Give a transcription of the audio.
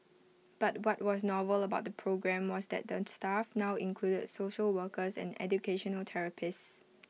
but what was novel about the programme was that the staff now included social workers and educational therapists